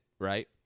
right